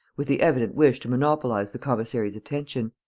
with the evident wish to monopolize the commissary's attention.